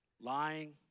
Lying